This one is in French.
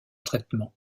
traitement